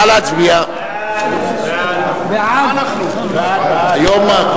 ההצעה להעביר את הצעת